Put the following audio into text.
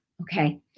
Okay